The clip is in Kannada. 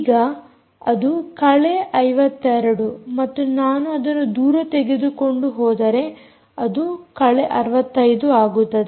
ಈಗ ಅದು ಕಳೆ 52 ಮತ್ತು ನಾನು ಅದನ್ನು ದೂರ ತೆಗೆದುಕೊಂಡು ಹೋದರೆ ಅದು ಕಳೆ 65 ಆಗುತ್ತದೆ